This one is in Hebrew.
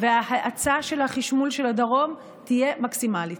וההאצה של החשמול של הדרום תהיה מקסימלית.